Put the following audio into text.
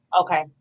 Okay